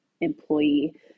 employee